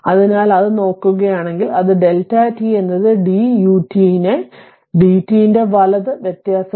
അതിനാൽ അത് നോക്കുകയാണെങ്കിൽ അത് Δ t എന്നത് d ut നെ d t ന്റെ വലത് വ്യത്യാസമാണ്